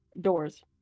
doors